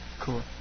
Cool